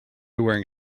wearing